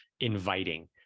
inviting